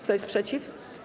Kto jest przeciw?